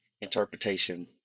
interpretation